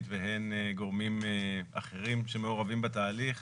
והן על גורמים אחרים שמעורבים בתהליך,